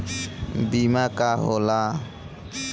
बीमा का होला?